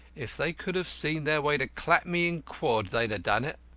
if they could have seen their way to clap me in quod, they'd ha' done it.